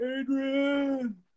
Adrian